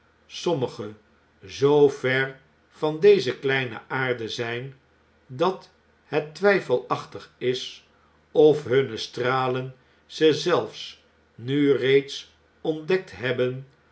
sommige zoo ver van deze kleineaarde zijn dat het twgfelachtig is of hunne stralen ze zelfs nu reeds ontdekt hebben